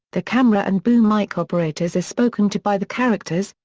the camera and boom mic operators are spoken to by the characters,